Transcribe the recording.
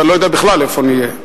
ואני לא יודע בכלל איפה נהיה.